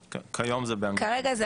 הזכותונים זה בכל שפה.